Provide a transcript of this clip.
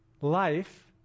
life